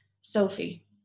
Sophie